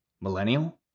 millennial